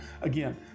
Again